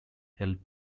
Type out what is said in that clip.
helped